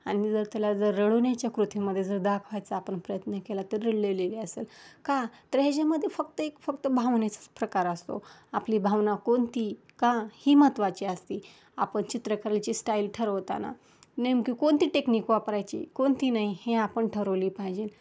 आणि जर त्याला जर रडवण्याच्या कृतीमध्ये जर दाखवण्याचा आपण प्रयत्न केला तर रडलेलेली असंल का तर ह्याच्यामध्ये फक्त एक फक्त भावनेचाच प्रकार असतो आपली भावना कोणती का ही महत्त्वाची असती आपण चित्रकलेची स्टाईल ठरवताना नेमकी कोणती टेक्निक वापरायची कोणती नाही हे आपण ठरवली पाहिजे